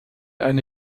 eine